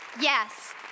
Yes